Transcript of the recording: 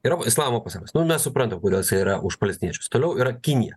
yra islamo pasaulis nu mes suprantam kodėl jisai yra už palestiniečius toliau yra kinija